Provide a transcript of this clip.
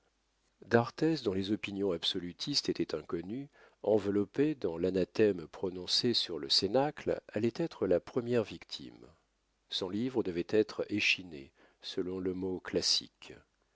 d'arthez dont les opinions absolutistes étaient inconnues enveloppé dans l'anathème prononcé sur le cénacle allait être la première victime son livre devait être échiné selon le mot classique